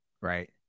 right